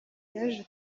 yaje